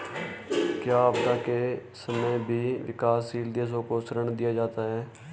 क्या आपदा के समय भी विकासशील देशों को ऋण दिया जाता है?